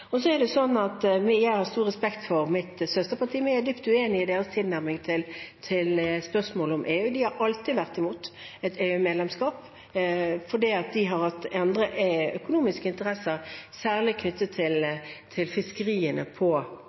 Jeg har stor respekt for mitt søsterparti, men jeg er dypt uenig i deres tilnærming til spørsmålet om EU. De har alltid vært imot EU-medlemskap, for de har hatt andre økonomiske interesser – særlig knyttet til fiskeriene på